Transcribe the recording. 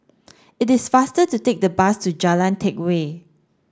It is faster to take the bus to Jalan Teck Whye